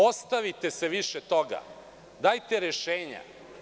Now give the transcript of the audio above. Ostavite se više toga, dajte rešenja.